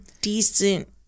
decent